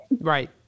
Right